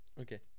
Okay